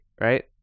right